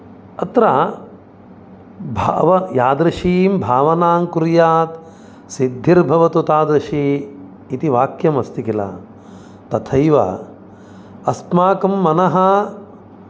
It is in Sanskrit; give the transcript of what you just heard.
अत्र भाव यादृशीं भावनां कुर्यात् सिद्धिर्भवतु तादृशी इति वाक्यम् अस्ति किल तथैव अस्माकं मनः